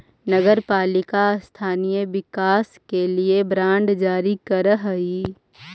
नगर पालिका स्थानीय विकास के लिए बांड जारी करऽ हई